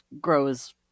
grows